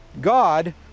God